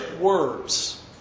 words